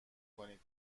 کنید